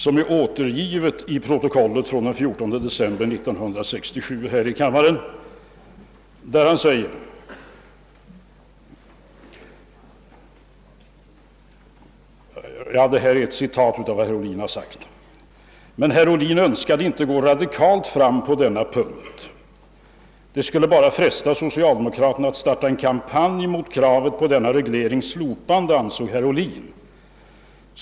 I första kammarens protokoll för den 14 december 1967 finns återgivet ett referat ur Dagens Nyheter vilket rör en diskussion vid folkpartiets landsmöte i Eskilstuna. Det heter där: »Men herr Ohlin önskade inte gå radikalt fram på denna punkt. Det skulle bara fresta socialdemokraterna att starta en kampanj mot kravet på denna reglerings slopande, ansåg herr Ohlin.